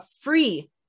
free